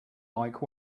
like